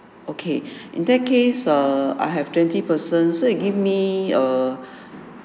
okay in that case err I have twenty person so you give me err